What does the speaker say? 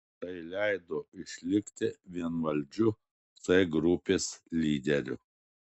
tai leido išlikti vienvaldžiu c grupės lyderiu